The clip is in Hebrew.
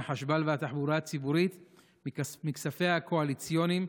החשמל והתחבורה הציבורית מכספיה הקואליציוניים.